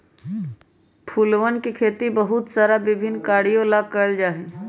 फूलवन के खेती बहुत सारा विभिन्न कार्यों ला कइल जा हई